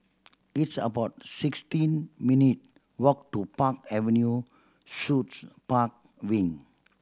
it's about sixteen minute walk to Park Avenue Suites Park Wing